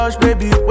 Baby